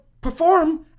perform